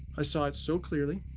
i saw it so clearly.